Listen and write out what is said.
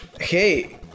Hey